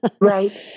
Right